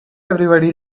everybody